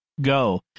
go